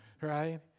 Right